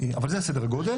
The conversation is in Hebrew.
אבל זה סדר הגודל.